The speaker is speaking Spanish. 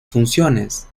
funciones